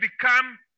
become